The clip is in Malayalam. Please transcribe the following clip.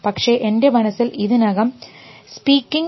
പക്ഷേ എൻറെ മനസ്സിൽ ഇതിനകം S P E A K I N G